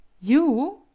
you?